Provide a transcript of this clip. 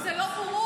זה לא בורות,